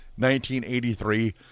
1983